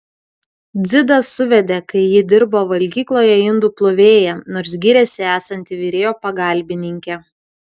dzidas suvedė kai ji dirbo valgykloje indų plovėja nors gyrėsi esanti virėjo pagalbininkė